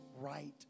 right